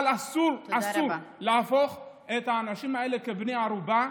אבל אסור, אסור להפוך את האנשים האלה לבני ערובה,